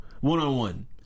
one-on-one